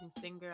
singer